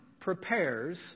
prepares